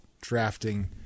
drafting